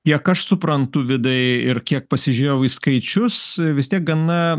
kiek aš suprantu vidai ir kiek pasižiūrėjau į skaičius vis tiek gana